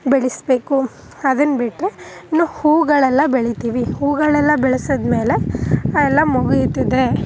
ಬೆಳೆಸ್ಬೇಕು ಅದನ್ನು ಬಿಟ್ಟರೆ ಇನ್ನು ಹೂಗಳೆಲ್ಲ ಬೆಳಿತೀವಿ ಹೂಗಳನ್ನೆಲ್ಲ ಬೆಳೆಸಿದ್ಮೇಲೆ ಎಲ್ಲ ಮುಗೀತದೆ